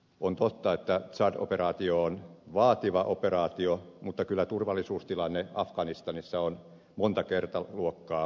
on totta että tsad operaatio on vaativa operaatio mutta kyllä turvallisuustilanne afganistanissa on monta kertaluokkaa huonompi